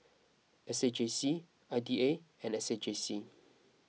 S A J C I D A and S A J C